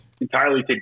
entirely